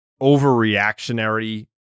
overreactionary